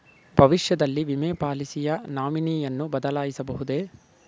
ಭವಿಷ್ಯದಲ್ಲಿ ವಿಮೆ ಪಾಲಿಸಿಯ ನಾಮಿನಿಯನ್ನು ಬದಲಾಯಿಸಬಹುದೇ?